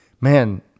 Man